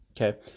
okay